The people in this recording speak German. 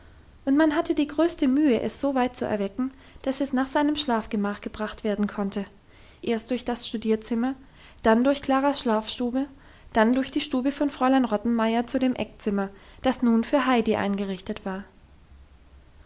und man hatte die größte mühe es so weit zu erwecken dass es nach seinem schlafgemach gebracht werden konnte erst durch das studierzimmer dann durch klaras schlafstube dann durch die stube von fräulein rottenmeier zu dem eckzimmer das nun für heidi eingerichtet war